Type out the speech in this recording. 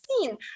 seen